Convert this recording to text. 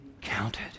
counted